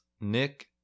Nick